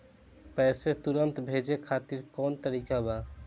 पैसे तुरंत भेजे खातिर कौन तरीका बा?